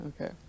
Okay